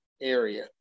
area